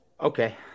Okay